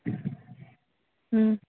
ꯎꯝ